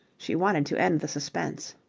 she wanted to end the suspense.